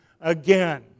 again